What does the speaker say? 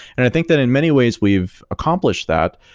and i think that in many ways we've accomplish that,